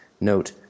Note